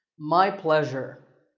my pleasure.